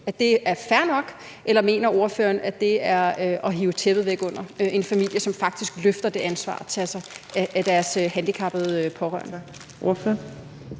at det er fair nok, eller mener ordføreren, at det er at hive tæppet væk under en familie, som faktisk løfter det ansvar at tage sig af deres handicappede pårørende?